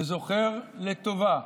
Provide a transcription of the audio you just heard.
וזוכר לטובה,